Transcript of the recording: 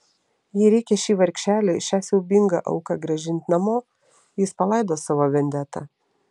jei reikia šį vargšelį šią siaubingą auką grąžinti namo jis palaidos savo vendetą